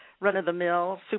run-of-the-mill